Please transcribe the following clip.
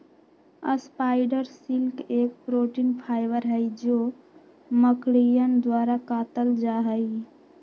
spider silk एक protein fibre हई जो मकड़ियन द्वारा कातल जाहई